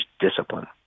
discipline